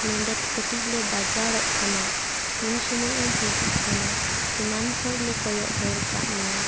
ᱱᱚᱸᱰᱮ ᱠᱟᱹᱴᱤᱡ ᱞᱮ ᱵᱟᱡᱟᱨᱚᱜ ᱠᱟᱱᱟ ᱛᱤᱱ ᱥᱳᱢᱳᱭᱮᱢ ᱦᱤᱡᱩᱜ ᱠᱟᱱᱟ ᱮᱱᱟᱱ ᱠᱷᱚᱡ ᱞᱮ ᱠᱚᱭᱚᱜ ᱦᱚᱨ ᱟᱠᱟᱫ ᱢᱮᱭᱟ